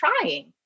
trying